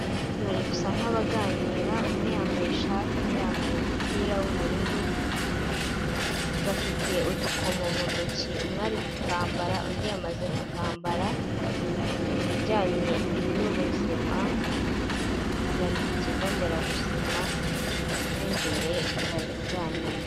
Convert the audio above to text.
Bari bu gusa nk'abaganira, umwe yambaye ishati undi yambaye umupira w'ubururu, bafite udukomo mu ntoki, umwe ari kukambara undi amaze kukambara, mu bijyanye n'ubuzima bari ku kigo nderabuzima mo imbere bari kuganira.